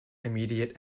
immediate